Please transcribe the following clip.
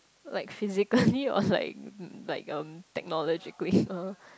like physically or like like erm technology uh